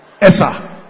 Essa